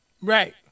Right